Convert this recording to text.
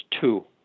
two